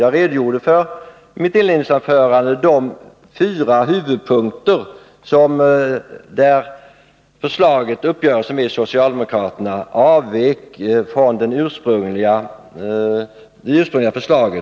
Jag redogjorde i mitt inledningsanförande för de fyra huvudpunkter där uppgörelsen med socialdemokraterna avvek från trepartiregeringens ursprungliga förslag.